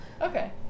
Okay